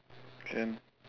can